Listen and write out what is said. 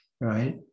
right